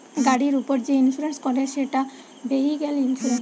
গাড়ির উপর যে ইন্সুরেন্স করে সেটা ভেহিক্যাল ইন্সুরেন্স